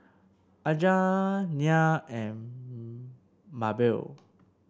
Aja Nyah and Mabell